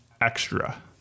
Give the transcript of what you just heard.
extra